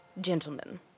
gentlemen